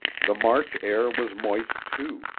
the march air was moist, too,